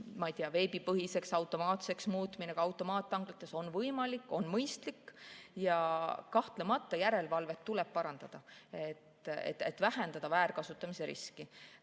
veebipõhiseks, automaatseks muutmine ka automaattanklates on võimalik, on mõistlik. Kahtlemata järelevalvet tuleb parandada, et vähendada väärkasutamise riski.